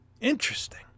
interesting